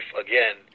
again